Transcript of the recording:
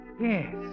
Yes